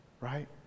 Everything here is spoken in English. right